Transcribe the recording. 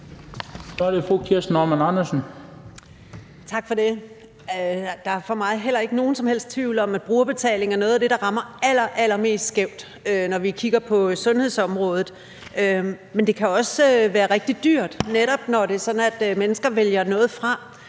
Kirsten Normann Andersen (SF): Tak for det. Der er for mig heller ikke nogen som helst tvivl om, at brugerbetaling er noget af det, der rammer allerallermest skævt, når vi kigger på sundhedsområdet. Men det kan også være rigtig dyrt, netop når det er sådan, at mennesker vælger noget fra.